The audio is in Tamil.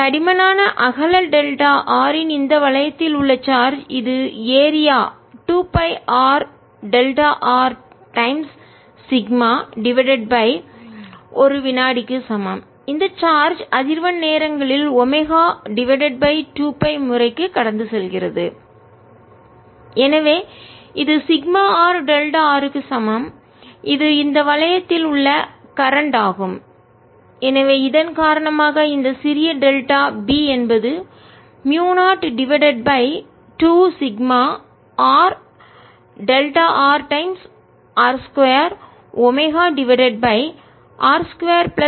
தடிமனான அகல டெல்டா r இன் இந்த வளையத்தில் உள்ள சார்ஜ் இது area 2 pi r delta r times sigma divided by ஒரு வினாடி க்கு சமம் இந்த சார்ஜ் அதிர்வெண் நேரங்களில் ஒமேகா டிவைடட் பை 2 பை முறைக்கு கடந்து செல்கிறது எனவே இது சிக்மா ஆர் டெல்டா ஆர் க்கு சமம் இது இந்த வளையத்தில் உள்ள கரண்ட் மின்னோட்டம் ஆகும் ஆகும் எனவே இதன் காரணமாக இந்த சிறிய டெல்டா B என்பது mu 0 divided by 2 sigma r delta r times r 2 omega divided by r 2 plus z 2 32 ஆகும்